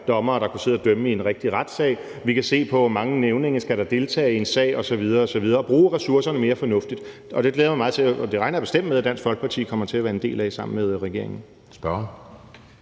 dommere, der så kunne sidde og dømme i en rigtig retssag. Vi kan se på, hvor mange nævninge der skal deltage i en sag osv. osv., og bruge ressourcerne mere fornuftigt, og det regner jeg bestemt med at Dansk Folkeparti kommer til at være del af sammen med regeringen.